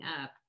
up